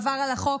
עבר על החוק,